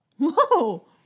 Whoa